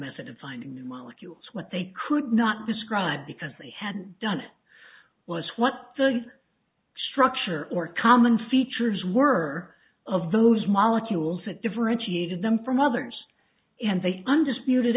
method of finding the molecules what they could not describe because they had done it was what the structure or common features were of those molecules that differentiated them from others and they undisputed